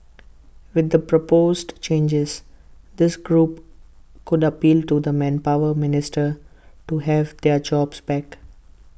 with the proposed changes this group could appeal to the manpower minister to have their jobs back